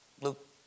Luke